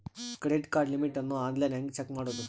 Credit card limit ಅನ್ನು online ಹೆಂಗ್ check ಮಾಡೋದು?